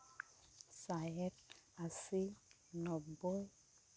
site ᱟᱥᱤ ᱱᱚᱵᱽᱵᱳᱭ